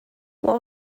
what